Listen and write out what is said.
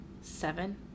seven